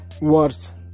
worse